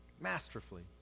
masterfully